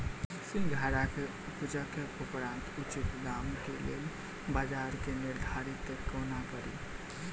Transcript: सिंघाड़ा केँ उपजक उपरांत उचित दाम केँ लेल बजार केँ निर्धारण कोना कड़ी?